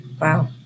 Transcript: Wow